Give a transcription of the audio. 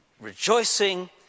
rejoicing